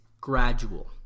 gradual